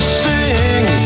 sing